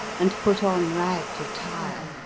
and put on ragged attire,